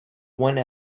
one